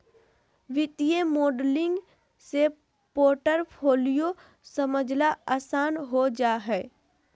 वित्तीय मॉडलिंग से पोर्टफोलियो समझला आसान हो जा हय